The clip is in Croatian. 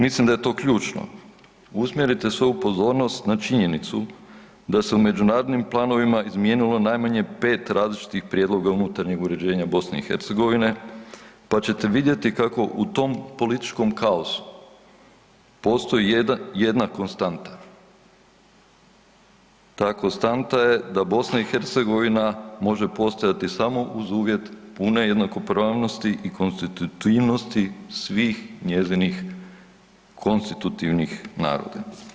Mislim da je to ključno, usmjerite svoju pozornost na činjenicu da se u međunarodnim planovima izmijenilo najmanje 5 različitih prijedloga unutarnjeg uređenja BiH pa ćete vidjeti kako u tom političkom kaosu postoji jedna konstanta, ta konstanta je da BiH može postojati samo uz uvjet pune jednakopravnosti i konstitutivnosti svih njezinih konstitutivnih naroda.